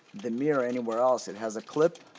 the mirror or anywhere else. it has a clip